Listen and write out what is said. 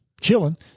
chilling